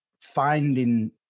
finding